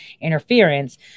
interference